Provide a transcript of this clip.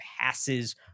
passes